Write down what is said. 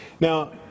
Now